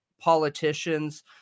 politicians